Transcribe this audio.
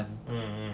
mm mm